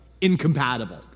incompatible